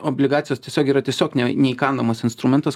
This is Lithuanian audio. obligacijos tiesiog yra tiesiog ne neįkandamas instrumentas